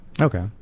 Okay